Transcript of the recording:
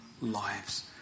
lives